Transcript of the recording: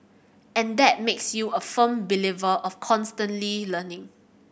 and that makes you a firm believer of constantly learning